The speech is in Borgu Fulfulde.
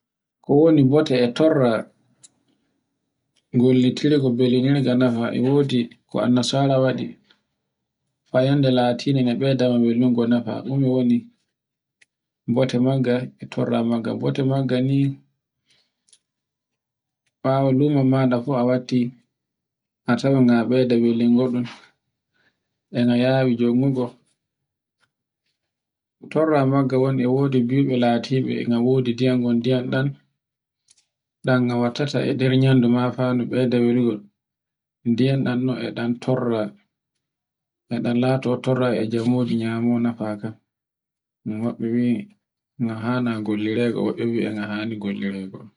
Ko woni bote e torra gollitirgo belinirga nafa. E wodi ko annasara waɗi fa yande latinde no ɓeyda welugo nefa, ɗume woni bote magga e torra magga, bote magga ni ɓawo lumo maɗa fu a watti a tawan ga e ɓeyda welingo on e no yawi jongugo. Torra magga e wodi biybe latibe e nga wodi ndiyam ngon diyam ɗan nga wattata a ende nyandu mafa no beyda welngo. ndiyan ɗan e nga torra e ɗan lato torra e jammoji nyamu nafa kan mabbiwi no hana gollire be, wobbe yi e no hana gollirego.